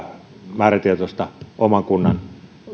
määrätietoista oman kunnan